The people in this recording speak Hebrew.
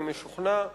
אני משוכנע,